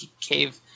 cave